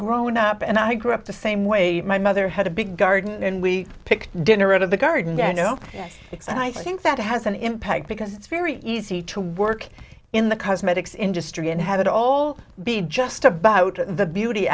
grown up and i grew up the same way my mother had a big garden and we picked dinner out of the garden and you know it's and i think that has an impact because it's very easy to work in the cosmetics industry and have it all be just about the beauty